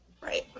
Right